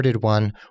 one